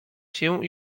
się